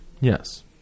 Yes